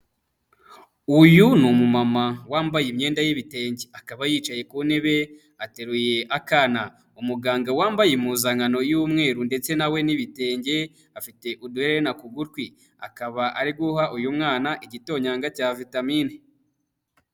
Uyu ni umumama wambaye imyenda y'ibitenge, akaba yicaye ku ntebe, ateruye akana, umuganga wambaye impuzankano y'umweru ndetse na we n'ibitenge, afite uduherene ku gutwi, akaba ari guha uyu mwana igitonyanga cya vitamine.